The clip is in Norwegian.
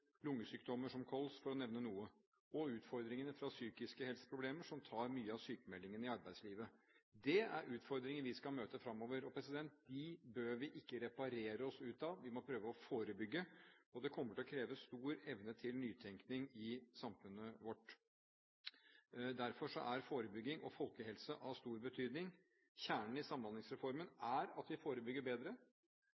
lungesykdommer som KOLS, for å nevne noe – og utfordringene fra psykiske helseproblemer, som tar mye av sykmeldingene i arbeidslivet. Dette er utfordringer vi skal møte framover, og dem bør vi ikke reparere oss ut av. Vi må prøve å forebygge, og det kommer til å kreve stor evne til nytenkning i samfunnet vårt. Derfor er forebygging og folkehelse av stor betydning. Kjernen i Samhandlingsreformen